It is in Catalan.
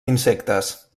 insectes